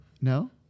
No